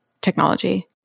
technology